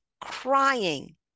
crying